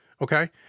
Okay